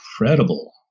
incredible